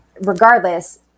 regardless